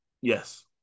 Yes